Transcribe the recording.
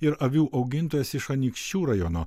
ir avių augintojas iš anykščių rajono